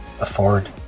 afford